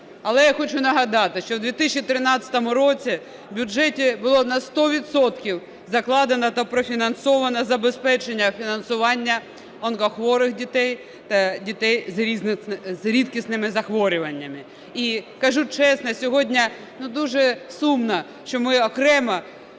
Але я хочу нагадати, що в 2013 році в бюджеті було на 100 відсотків закладено та профінансовано забезпечення фінансування онкохворих дітей та дітей з рідкісними захворюваннями. І, кажу чесно, сьогодні дуже сумно, що ми окремо